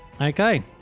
Okay